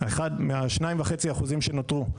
2.5% שנותרו,